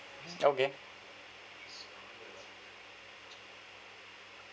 okay